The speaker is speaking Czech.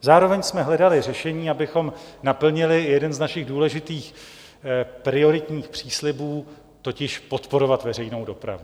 Zároveň jsme hledali řešení, abychom naplnili i jeden z našich důležitých prioritních příslibů, totiž podporovat veřejnou dopravu.